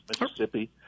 Mississippi